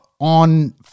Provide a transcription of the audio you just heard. on